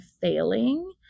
failing